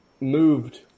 moved